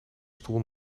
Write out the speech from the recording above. stoel